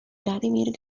vladimir